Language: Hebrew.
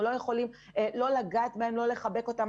לא לגעת בילדים ולא לחבק אותם.